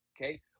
okay